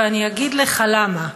ואני אגיד לך למה.